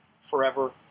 forever